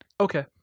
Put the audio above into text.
okay